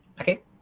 okay